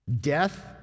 Death